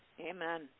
Amen